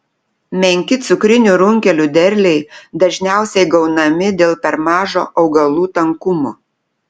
menki cukrinių runkelių derliai dažniausiai gaunami dėl per mažo augalų tankumo